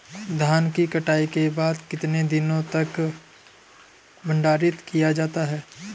धान की कटाई के बाद कितने दिनों तक भंडारित किया जा सकता है?